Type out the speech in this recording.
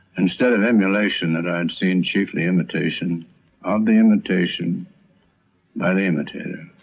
instead of emulation that i'd seen chiefly imitation of the imitation by the imitator.